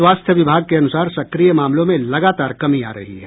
स्वास्थ्य विभाग के अनुसार सक्रिय मामलों में लगातार कमी आ रही है